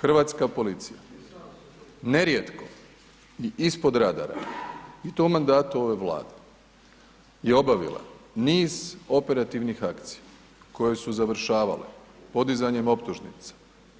Hrvatska policija nerijetko i ispod radara i to u mandatu ove Vlade je obavila niz operativnih akcija koje su završavale podizanjem optuženice,